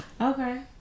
Okay